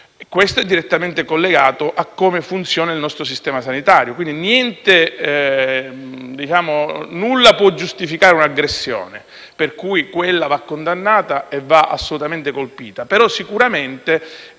Questo è direttamente collegato a come funziona il nostro sistema sanitario. Nulla può giustificare un'aggressione, per cui va condannata e assolutamente colpita,